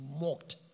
mocked